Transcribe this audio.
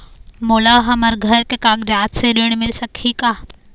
मोला हमर घर के कागजात से ऋण मिल सकही का?